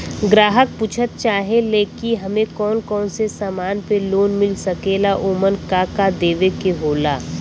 ग्राहक पुछत चाहे ले की हमे कौन कोन से समान पे लोन मील सकेला ओमन का का देवे के होला?